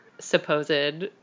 supposed